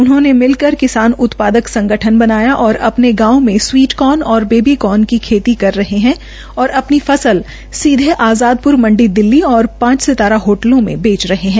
उनहोंने मिल कर किसान उत्पादक संगठन बनाया और अपने गांव में स्वीट कोर्न और बेबी कोर्न की खेती कर रहे है और अपनी फसल सीधे आज़ादपूर मंडी दिल्ली और पांच सितारा होटलों को बेच रहे है